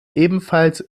ebenfalls